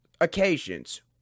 occasions